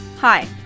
Hi